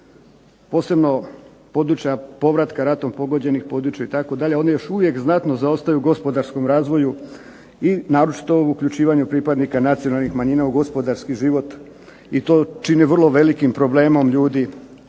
posebno područja povratka ratom pogođenih područja itd., oni još uvijek znatno zaostaju u gospodarskom razvoju i naročito ovo uključivanje pripadnika nacionalnih manjina u gospodarski život i to čini vrlo velikim problemom ljudi